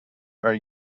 are